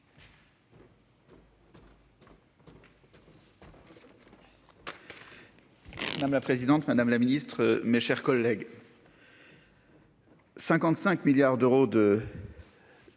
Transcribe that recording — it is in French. Madame la présidente, madame la ministre, mes chers collègues. 55 milliards d'euros de.